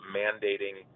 mandating